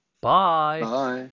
Bye